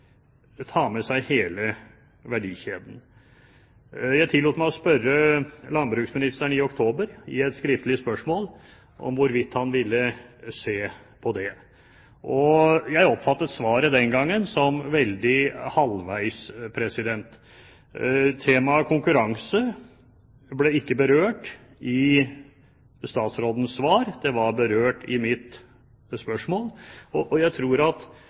med seg hele verdikjeden. Jeg tillot meg å spørre landbruksministeren i oktober i et skriftlig spørsmål, om hvorvidt han ville se på det. Jeg oppfattet svaret den gangen som veldig halvveis. Temaet konkurranse ble ikke berørt i statsrådens svar. Det var berørt i mitt spørsmål. Jeg tror at